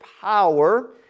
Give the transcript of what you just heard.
power